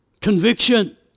conviction